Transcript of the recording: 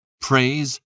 praise